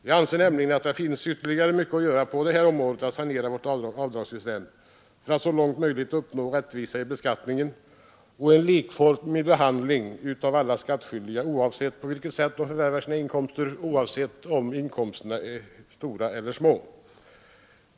Jag anser nämligen att det finns ytterligare mycket att göra för att sanera vårt avdragssystem och så långt möjligt uppnå rättvisa i beskattningen och en likformig behandling av alla skattskyldiga, oavsett på vilket sätt de förvärvar sina inkomster och oavsett om inkomsterna är stora eller små.